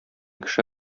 кеше